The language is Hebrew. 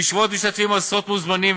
בישיבות משתתפים עשרות מוזמנים,